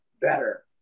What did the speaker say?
better